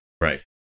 Right